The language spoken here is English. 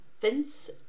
Vince